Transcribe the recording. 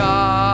God